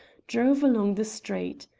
drove along the street.